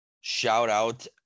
shout-out –